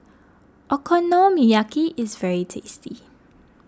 Okonomiyaki is very tasty